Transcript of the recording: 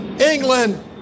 England